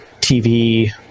TV